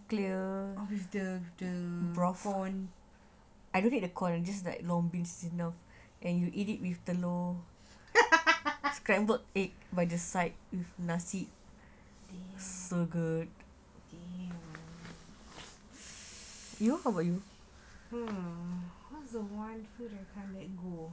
oh with the corn damn damn hmm what is one food I can't let go